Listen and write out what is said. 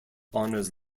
honours